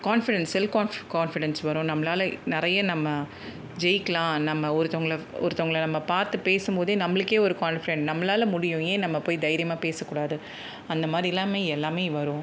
confidence self conf confidence வரும் நம்மளால நிறைய நம்ம ஜெயிக்கலாம் நம்ம ஒருத்தவங்களை ஒருத்தவங்களை நம்ம பார்த்து பேசும் போதே நம்மளுக்கே ஒரு கான்ஃபிரென்ட் நம்மளால முடியும் ஏன் நம்ம போய் தைரியமாக பேசக்கூடாது அந்த மாதிரிலாமே எல்லாமே வரும்